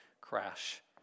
crash